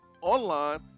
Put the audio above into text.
online